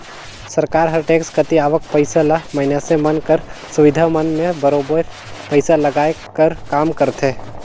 सरकार हर टेक्स कती आवक पइसा ल मइनसे मन कर सुबिधा मन में बरोबेर पइसा लगाए कर काम करथे